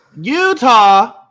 Utah